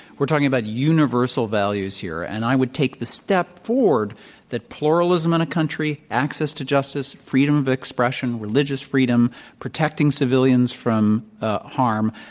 we're talking about universal values here. and i would take the step forward that pluralism in a country, access to justice, freedom of expression, religious freedom, protecting civilians from ah harm,